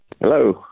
Hello